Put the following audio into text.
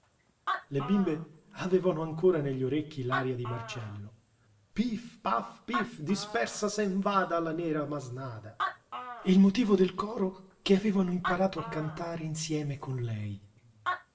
le bimbe avevano ancora negli orecchi l'aria di marcello pif paf pif dispersa sen vada la nera masnada e il motivo del coro che avevano imparato a cantare insieme con lei